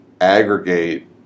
aggregate